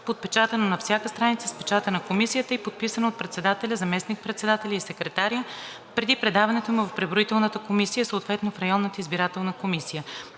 подпечатано на всяка страница с печата на комисията и подписано от председателя, заместник-председателя и секретаря преди предаването му в преброителната комисия, съответно в районната избирателна комисия.